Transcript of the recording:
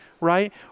right